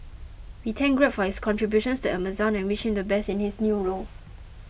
we thank Greg for his contributions to Amazon and wish him the best in his new role